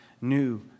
new